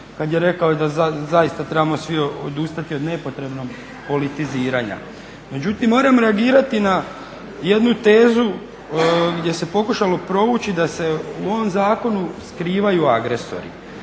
kad je rekao da zaista trebamo svi odustati od nepotrebnog politiziranja. Međutim, moram reagirati na jednu tezu gdje se pokušalo provući da se u ovom zakonu skrivaju agresori.